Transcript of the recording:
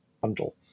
bundle